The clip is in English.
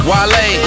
Wale